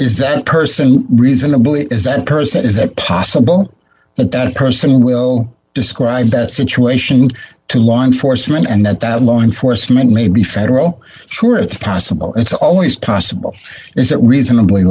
is that person reasonable is that person is it possible that that person will describe the situation to law enforcement and that that law enforcement may be federal sure it's possible it's always possible is it reasonably